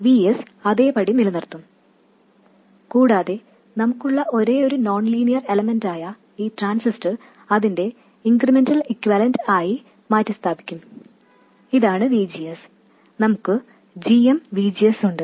Vs അതേപടി നിലനിർത്തും കൂടാതെ നമുക്കുള്ള ഒരേയൊരു നോൺ ലീനിയർ എലമെൻറായ ഈ ട്രാൻസിസ്റ്റർ അതിന്റെ ഇൻക്രിമെന്റൽ ഇക്യൂവാലെൻറ് ആയി മാറ്റി സ്ഥാപിക്കും ഇതാണ് VGS നമുക്ക് g m VGS ഉണ്ട്